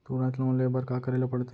तुरंत लोन ले बर का करे ला पढ़थे?